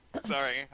sorry